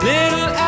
Little